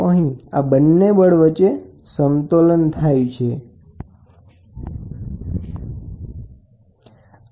∆y એ બેલનું સ્થાનાંતર છે અને A બેલનો આડછેડ વિસ્તાર છે આ એક બીજા પ્રકારનું મેનોમીટર છે જે દબાણ માપવા માટે વપરાય છે